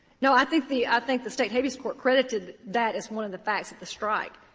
no, i think the i think the state habeas court credited that as one of the facts of the strike.